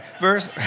verse